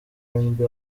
rnb